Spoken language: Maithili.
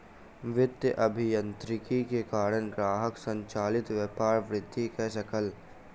वित्तीय अभियांत्रिकी के कारण ग्राहक संचालित व्यापार वृद्धि कय सकल